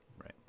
Right